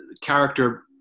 character